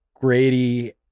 Grady